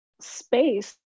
space